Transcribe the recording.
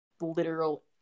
literal